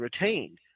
retained